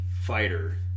fighter